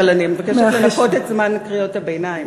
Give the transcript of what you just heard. אבל אני מבקשת לנכות את זמן קריאות הביניים.